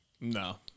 No